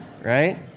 right